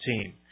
team